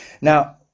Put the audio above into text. Now